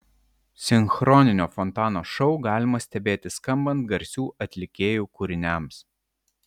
sinchroninio fontano šou galima stebėti skambant garsių atlikėjų kūriniams